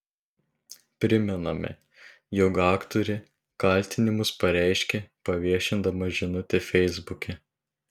primename jog aktorė kaltinimus pareiškė paviešindama žinutę feisbuke